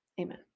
Amen